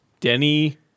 Denny